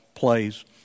plays